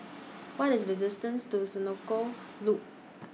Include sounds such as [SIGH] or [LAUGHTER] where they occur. [NOISE] What IS The distance to Senoko Loop